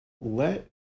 let